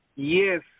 Yes